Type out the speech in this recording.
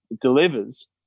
delivers